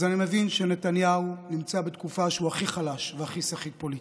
אז אני מבין שנתניהו נמצא בתקופה שהוא הכי חלש והכי סחיט פוליטית.